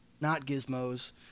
not-Gizmos